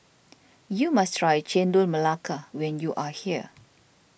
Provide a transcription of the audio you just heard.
you must try Chendol Melaka when you are here